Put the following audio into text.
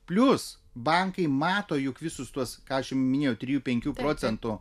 plius bankai mato juk visus tuos ką jum minėjau trijų penkių procentų